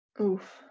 Oof